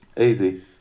Easy